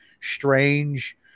strange